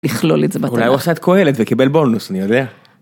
‫לכלול את זה בטח. אולי הוא עשה את כהלת וקיבל בונוס, אני יודע.